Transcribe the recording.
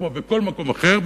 כמו בכל מקום אחר,